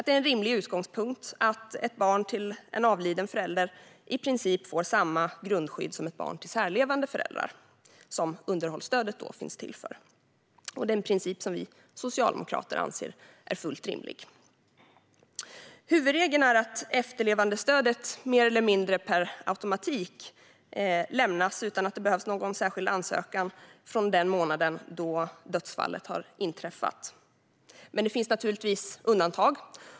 Det är en rimlig utgångspunkt att ett barn till en avliden förälder i princip får samma grundskydd som ett barn till särlevande föräldrar, som underhållsstödet finns till för. Det är en princip som vi socialdemokrater anser är fullt rimlig. Huvudregeln är att efterlevandestödet mer eller mindre per automatik lämnas utan att det behövs någon särskild ansökan från den månad då dödsfallet har inträffat. Men det finns naturligtvis undantag.